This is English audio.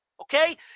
Okay